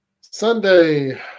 Sunday